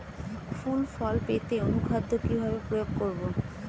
ফুল ফল পেতে অনুখাদ্য কিভাবে প্রয়োগ করব?